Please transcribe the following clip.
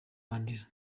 mandela